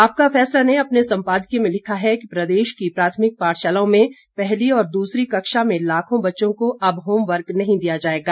आपका फैसला ने अपने सम्पादकीय में लिखा है कि प्रदेश की प्राथमिक पाठशालाओं में पहली और दूसरी कक्षा में लाखों बच्चों को अब होम वर्क नहीं दिया जाएगा